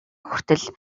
хүртэл